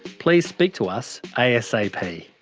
please speak to us asap.